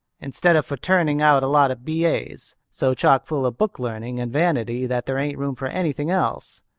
instead of for turning out a lot of b a s, so chock full of book-learning and vanity that there ain't room for anything else.